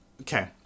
Okay